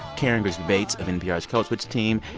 karen grigsby bates of npr's code switch team,